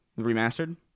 Remastered